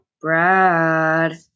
Brad